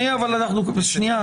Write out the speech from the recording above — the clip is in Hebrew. שנייה.